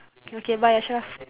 okay bye ashraf